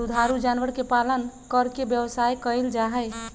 दुधारू जानवर के पालन करके व्यवसाय कइल जाहई